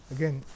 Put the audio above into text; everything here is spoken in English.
Again